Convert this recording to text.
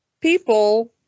people